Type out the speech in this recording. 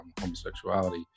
homosexuality